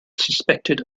suspected